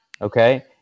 Okay